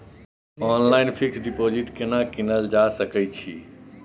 Online fix deposit केना कीनल जा सकै छी?